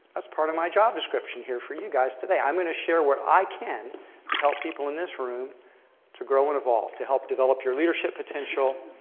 that's part of my job description here for you guys today. i'm going to share what i can to help people in this room to grow and evolve, to help develop your leadership potential.